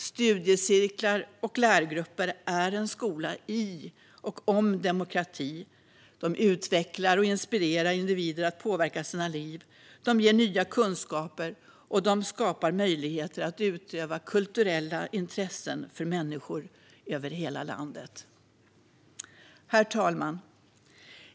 Studiecirklar och lärgrupper är en skola i och om demokrati. De utvecklar och inspirerar individer att påverka sina liv, ger nya kunskaper och skapar möjligheter att utöva kulturella intressen för människor över hela landet. Herr talman!